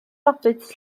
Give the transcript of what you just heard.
roberts